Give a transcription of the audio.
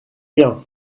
bien